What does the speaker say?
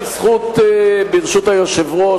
ברשות היושב-ראש,